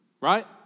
Right